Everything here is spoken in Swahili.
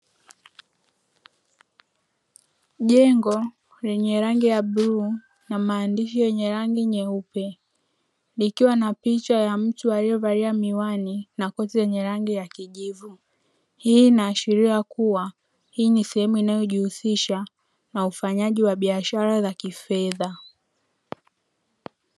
Jengo la buluu na maandishi ya rangi nyeupe likiwa na mtu aliyevaa miwani na koti lenye rangi ya kijivu hii inaashiria kuwa ni sehemu inayojihusisha na biashara ya miamala ya kifedha.